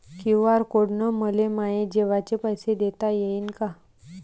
QR code न मले माये जेवाचे पैसे देता येईन का?